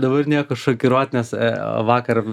dabar nieko šokiruot nes vakar